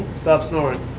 stop snoring.